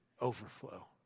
overflow